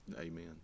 Amen